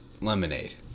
Lemonade